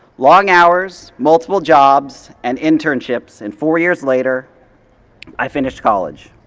long hours, multiple jobs and internships, and four years later i finished college.